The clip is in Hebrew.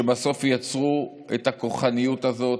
שבסוף יצרו את הכוחניות הזאת,